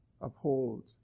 uphold